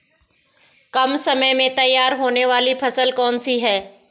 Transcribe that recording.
कम समय में तैयार होने वाली फसल कौन सी है?